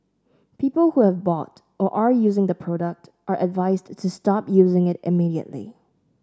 people who have bought or are using the product are advised to stop using it immediately